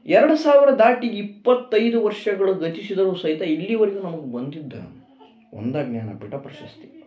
ಎರಡು ಸಾವಿರ ದಾಟಿ ಇಪ್ಪತ್ತೈದು ವರ್ಷಗಳು ಗತಿಸಿದರೂ ಸಹಿತ ಇಲ್ಲಿವರಿಗೂ ನಮ್ಗೆ ಬಂದಿದ್ದು ಒಂದೇ ಜ್ಞಾನಪೀಠ ಪ್ರಶಸ್ತಿ